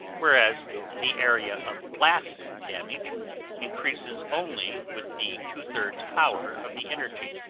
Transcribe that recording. whereas the area of blast damage increases only with the two-thirds power of the energy.